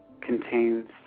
contains